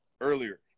earlier